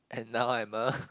and now I'm a